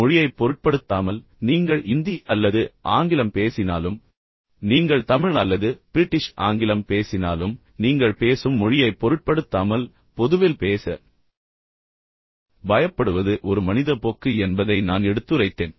மொழியைப் பொருட்படுத்தாமல் நீங்கள் இந்தி அல்லது ஆங்கிலம் பேசினாலும் எனவே நீங்கள் தமிழ் அல்லது பிரிட்டிஷ் ஆங்கிலம் பேசினாலும் நீங்கள் பேசும் மொழியைப் பொருட்படுத்தாமல் பொதுவில் பேச பயப்படுவது ஒரு மனித போக்கு என்பதை நான் எடுத்துரைத்தேன்